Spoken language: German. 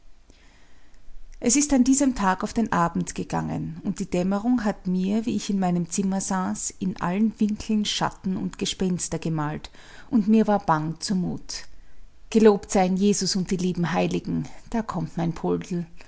es ist an diesem tag auf den abend gegangen und die dämmerung hat mir wie ich in meinem zimmer saß in allen winkeln schatten und gespenster gemalt und mir war bang zumut gelobt seien jesus und die lieben heiligen da kommt mein poldl